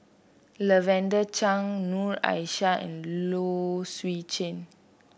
Lavender Chang Noor Aishah and Low Swee Chen